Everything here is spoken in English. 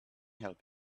help